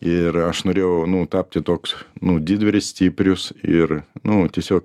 ir aš norėjau nu tapti toks nu didvyris stiprius ir nu tiesiog